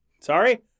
Sorry